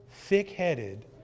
thick-headed